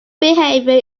behavior